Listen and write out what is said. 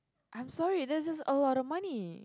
I'm sorry that's just a lot of money